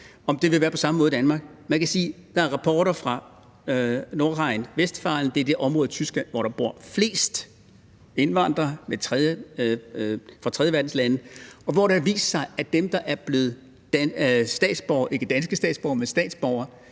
om det vil være på samme måde i Danmark. Man kan sige, at der er rapporter fra Nordrhein-Westfalen – det er det område i Tyskland, hvor der bor flest indvandrere fra tredjeverdenslande – hvor det har vist sig, at dem, der er blevet statsborgere, er dem, der er bedst integreret